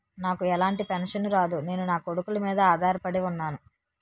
నాకు ఎలాంటి పెన్షన్ రాదు నేను నాకొడుకుల మీద ఆధార్ పడి ఉన్నాను